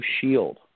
shield